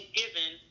given